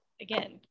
again